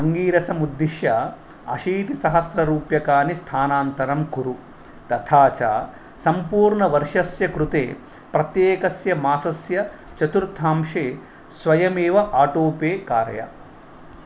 अङ्गीरसमुद्दिश्य अशितिसहस्ररूप्यकाणि स्थानान्तरं कुरु तथा च सम्पूर्णवर्षस्य कृते प्रत्येकस्य मासस्य चतुर्थांशे स्वयमेव आटोपे कारय